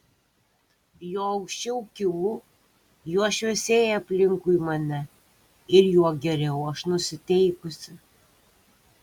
juo aukščiau kylu juo šviesėja aplinkui mane ir juo geriau aš nusiteikusi